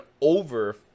over